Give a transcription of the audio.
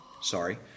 Sorry